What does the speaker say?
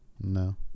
No